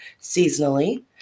seasonally